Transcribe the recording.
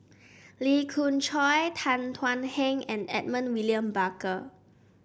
Llee Khoon Choy Tan Thuan Heng and Edmund William Barker